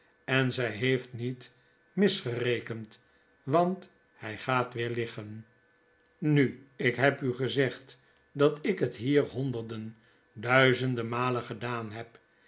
en zij heeft niet misgerekend want hij gaat weer liggen nu ik heb u gezegd dat ik het hier honderden duizenden malen gedaan heb